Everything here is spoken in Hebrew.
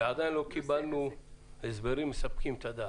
ועדיין לא קיבלנו הסברים מספקים את הדעת.